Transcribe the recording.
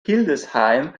hildesheim